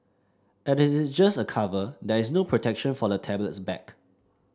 as it is just a cover there is no protection for the tablet's back